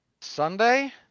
Sunday